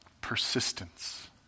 persistence